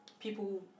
people